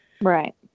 Right